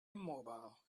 immobile